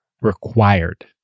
required